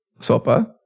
Sopa